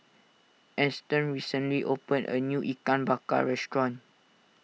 Eston recently opened a new Ikan Bakar restaurant